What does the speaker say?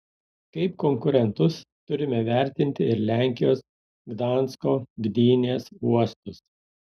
kaip konkurentus turime vertinti ir lenkijos gdansko gdynės uostus